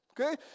Okay